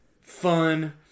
fun